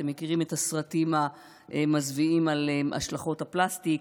אתם מכירים את הסרטים המזוויעים על השלכות הפלסטיק.